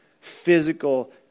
physical